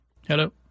Hello